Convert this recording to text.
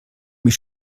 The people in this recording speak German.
mich